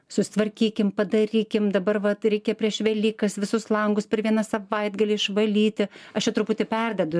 susitvarkykim padarykim dabar va tai reikia prieš velykas visus langus per vieną savaitgalį išvalyti aš čia truputį perdedu